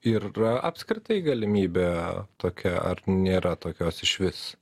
yra apskritai galimybė tokia ar nėra tokios išvis